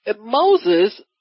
moses